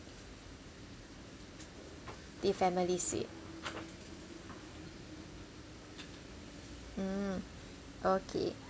the family suite mm okay